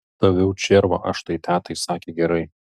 daviau červą aš tai tetai sakė gerai